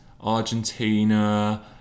Argentina